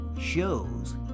shows